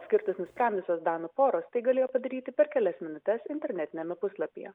skirtis nusprendusios danų poros tai galėjo padaryti per kelias minutes internetiniame puslapyje